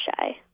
shy